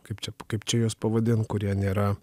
kaip čia kaip čia juos pavadint kurie nėra